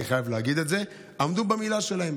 אני חייב להגיד את זה: הם עמדו במילה שלהם.